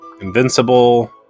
Invincible